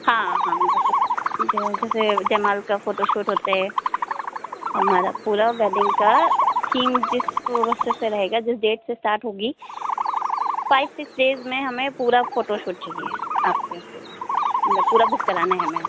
हाँ हाँ जेसे जी हाँ जैसे जयमाल का फोटोशूट होता है हमारी पूरी वेडिंग का थीम जिस वह जैसा रहेगा जिस डेट से वेडिंग स्टार्ट होगी फाइव सिक्स डेज में हमें पूरा फोटोशूट चाहिए आपसे ल पूरा बुक कराना है हमें